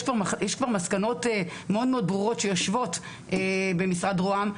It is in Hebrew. יש כבר מסקנות מאוד מאוד ברורות שיושבות במשרד רוה"מ,